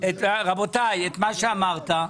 מה שאמרת.